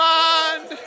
mind